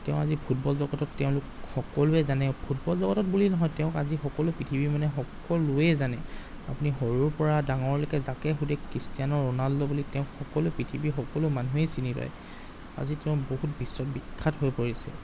তেওঁ আজি ফুটবল জগতত তেওঁক সকলোৱে জানে ফুটবল জগতত বুলি নহয় তেওঁক আজি সকলো পৃথিৱীৰ মানে সকলোৱে জানে আপুনি সৰুৰ পৰা ডাঙৰলৈকে যাকে সোধে ক্ৰিষ্টিয়ানো ৰোনাল্ডো বুলি তেওঁক সকলো পৃথিৱীৰ সকলো মানুহেই চিনি পায় আজি তেওঁ বহুত বিশ্ববিখ্যাত হৈ পৰিছে